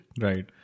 Right